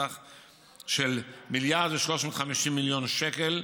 בסכום של כ-1.35 מיליארד שקל.